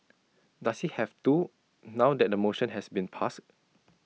does he have to now that the motion has been passed